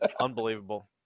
Unbelievable